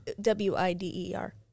W-I-D-E-R